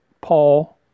Paul